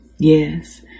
Yes